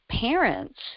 parents